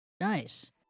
Nice